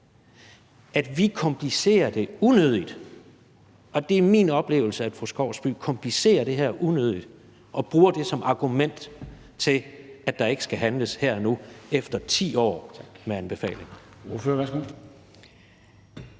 at vi komplicerer det unødigt. Og det er min oplevelse, at fru Julie Skovsby komplicerer det her unødigt og bruger det som argument for, at der ikke skal handles her og nu, efter 10 år med anbefalinger.